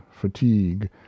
fatigue